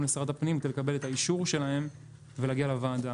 לשרת הפנים כדי לקבל את האישור שלהן ולהגיע לוועדה.